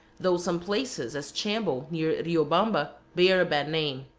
though some places, as chambo, near riobamba, bear a bad name.